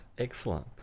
Excellent